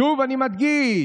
שוב, אני מדגיש,